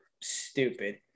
stupid